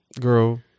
girl